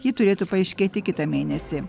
ji turėtų paaiškėti kitą mėnesį